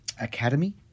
Academy